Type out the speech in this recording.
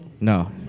No